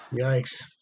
Yikes